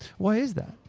why is that?